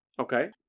Okay